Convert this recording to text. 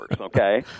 okay